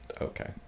okay